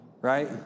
Right